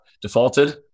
defaulted